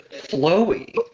flowy